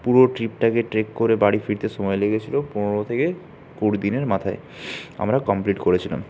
পুরো ট্রিপটাকে ট্রেক করে বাড়ি ফিরতে সময় লেগেছিলো পনেরো থেকে কুড়ি দিনের মাথায় আমরা কমপ্লিট করেছিলাম